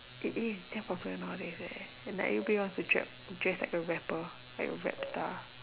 it is damn popular nowadays eh and like everybody wants to dress dress like the rapper like a rap star